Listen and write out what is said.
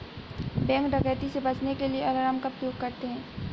bank डकैती से बचने के लिए अलार्म का प्रयोग करते है